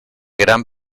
gran